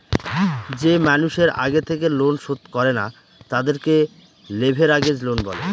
যে মানুষের আগে থেকে লোন শোধ করে না, তাদেরকে লেভেরাগেজ লোন বলে